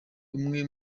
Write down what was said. umwe